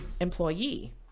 employee